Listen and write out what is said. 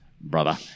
brother